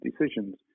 decisions